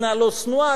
במדינה לא שנואה,